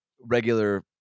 regular